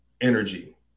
energy